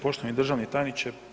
Poštovani državni tajniče.